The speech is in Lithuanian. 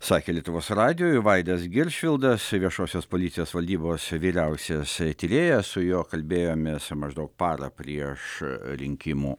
sakė lietuvos radijui vaidas giršvildas viešosios policijos valdybos vyriausias tyrėjas su juo kalbėjomės maždaug parą prieš rinkimų